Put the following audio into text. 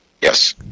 Yes